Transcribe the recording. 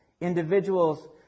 individuals